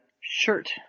shirt